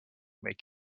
make